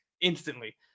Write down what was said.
instantly